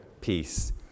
peace